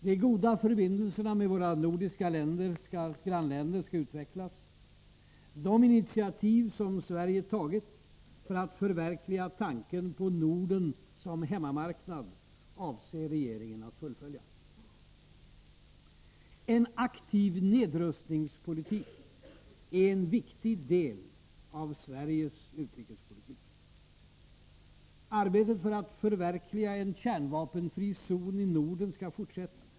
De goda förbindelserna med våra nordiska grannländer skall utvecklas. De initiativ som Sverige tagit för att förverkliga tanken på Norden som hemmamarknad avser regeringen att fullfölja. En aktiv nedrustningspolitik är en viktig del av Sveriges utrikespolitik. Arbetet för att förverkliga en kärnvapenfri zon i Norden skall fortsätta.